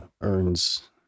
earns